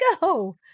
go